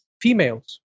females